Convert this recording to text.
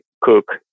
cook